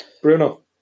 Bruno